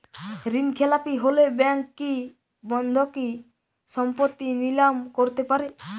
ঋণখেলাপি হলে ব্যাঙ্ক কি বন্ধকি সম্পত্তি নিলাম করতে পারে?